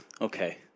Okay